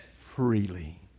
Freely